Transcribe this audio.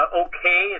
okay